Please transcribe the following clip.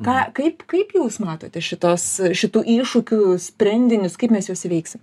ką kaip kaip jūs matote šitos šitų iššūkių sprendinius kaip mes juos įveiksim